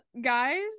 Guys